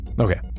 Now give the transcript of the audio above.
Okay